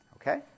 Okay